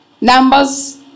Numbers